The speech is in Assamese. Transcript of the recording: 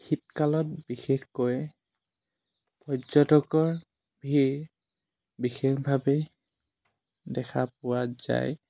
শীতকালত বিশেষকৈ পৰ্যটকৰ ভিৰ বিশেষভাৱে দেখা পোৱা যায়